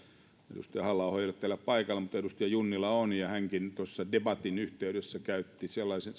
edustaja halla aho ei ole täällä paikalla mutta edustaja junnila on ja hänkin tuossa debatin yhteydessä käytti